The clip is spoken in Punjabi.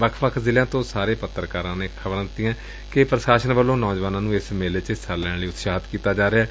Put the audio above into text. ਵੱਖ ਜ਼ਿਲ਼ਿਆਂ ਤੋਂ ਸਾਰੇ ਪੱਤਰਕਾਰਾਂ ਨੇ ਖ਼ਬਰ ਦਿੱਤੀ ਏ ਕਿ ਪ੍ਸ਼ਾਸਨ ਵੱਲੋਂ ਨੌਜਵਾਨਾਂ ਨੂੰ ਇਸ ਮੇਲੇ ਚ ਹਿੱਸਾ ਲੈਣ ਲਈ ਉਤਸ਼ਾਹਿਤ ਕੀਤਾ ਜਾ ਰਿਹੈ